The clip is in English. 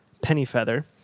Pennyfeather